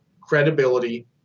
credibility